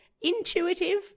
intuitive